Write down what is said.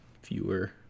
fewer